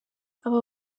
aba